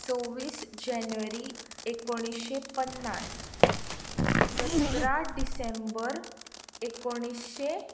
सव्वीस जानेवारी एकुणीशे पन्नास सतरा डिसेंबर एकुणीशे